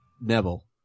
Neville